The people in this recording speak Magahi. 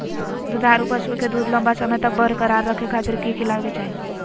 दुधारू पशुओं के दूध लंबा समय तक बरकरार रखे खातिर की खिलावे के चाही?